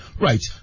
Right